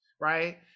Right